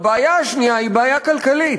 והבעיה השנייה היא בעיה כלכלית.